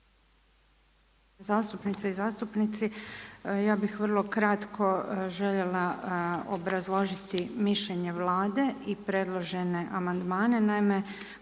Zastupnice i zastupnici. Ja bih vrlo kratko željela obrazložiti mišljenje Vlade i predložene amandmane.